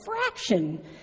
fraction